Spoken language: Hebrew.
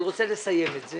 אני רוצה לסיים את זה